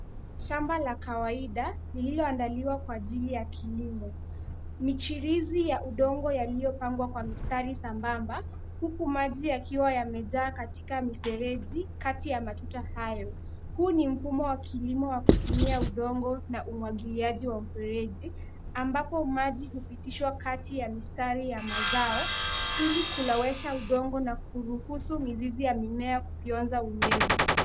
shamba la kawaid a lililoandaliwa kwa ajili ya kilimo. Michirizi ya udongo yaliyopangwa kwa mistari sambamba huku maji yakiwa yamejaa katikamifereji kati ya matuta hayo. Huu ni mfumo wa kilimo wa kutumia udongo na umwagiliaji wa mfereji ambapo maji hupitishwa kati ya mistari ya mazao ili kulowesha udongo na kuruhusu mizizi ya mimea kufyonza unyevu.